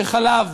חלב,